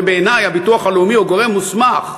ובעיני הביטוח הלאומי הוא גורם מוסמך,